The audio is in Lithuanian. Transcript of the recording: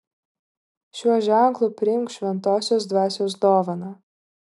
šiuo ženklu priimk šventosios dvasios dovaną